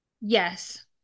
Yes